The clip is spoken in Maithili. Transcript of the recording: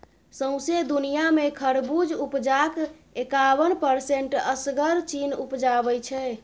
सौंसे दुनियाँ मे खरबुज उपजाक एकाबन परसेंट असगर चीन उपजाबै छै